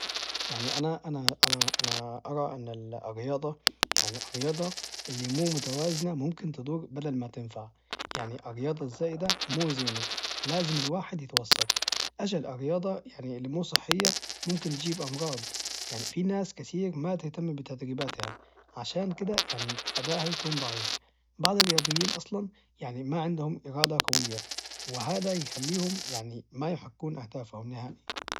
يعني أنا أنا أنا أنا أرى أن الرياضة الرياضة اللي مو متوازنة ممكن تضر بدل ما تنفع يعني الرياضة الزايدة مو زينة لازم الواحد يتوسط اجل الرياضة اللي مو صحية ممكن تجيب أمراض يعني في ناس كثير ما تهتم بتدريباتها عشان كدة أدائها يكون ضعيف بعض الرياضيين أصلا يعني ما عندهم إرادة قوية وهذا يخليهم يعني ما يحققون أهدافهم نهائي